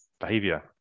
behavior